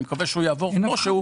אני מקווה שהוא יעבור כמו שהוא.